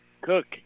Cook